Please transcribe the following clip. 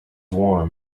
warm